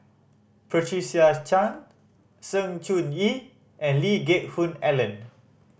Patricia Chan Sng Choon Yee and Lee Geck Hoon Ellen